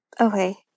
Okay